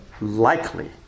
likely